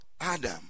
Adam